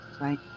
right